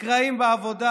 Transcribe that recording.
נקרעים בעבודה,